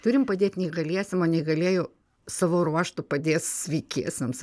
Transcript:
turim padėti neįgaliesiem o neįgalieji savo ruožtu padės sveikiesiems